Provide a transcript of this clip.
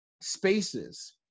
spaces